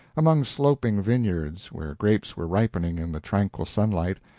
among sloping vineyards, where grapes were ripening in the tranquil sunlight,